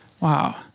Wow